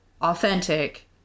authentic